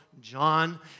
John